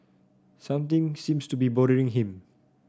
something seems to be bothering him